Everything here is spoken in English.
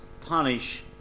punish